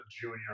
junior